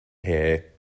hair